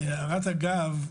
כהערת אגב,